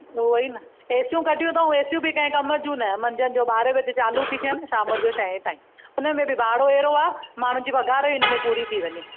उहे ई न एसियूं कढियूं अथऊं एसियूं बि कंहिं कम जूं नाहे मंझंदि जो ॿारहें बजे चालू थी कयनि शाम जो छहें ताईं उन में बि भाड़ो हेड़ो आहे माण्हुनि जी पघारु हिन में पूरी थी वञे